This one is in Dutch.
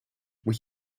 moet